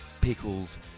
Pickles